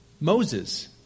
Moses